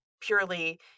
purely